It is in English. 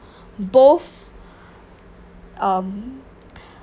both um